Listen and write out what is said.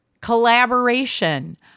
Collaboration